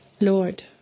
Lord